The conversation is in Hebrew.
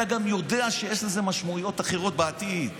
אתה גם יודע שיש לזה משמעויות אחרות בעתיד.